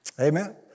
Amen